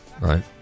right